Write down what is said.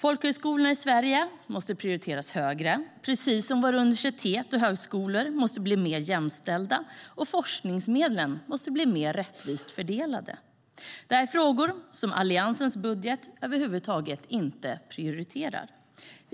Folkhögskolorna i Sverige måste prioriteras högre, precis som våra universitet och högskolor måste bli mer jämställda och forskningsmedlen mer rättvist fördelade. Det här är frågor som i Alliansens budget över huvud taget inte prioriteras.